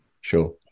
Sure